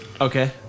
Okay